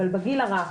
אבל בגיל הרך,